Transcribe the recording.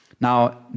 Now